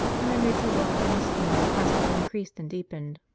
and their mutual love and esteem constantly increased and deepened.